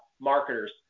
marketers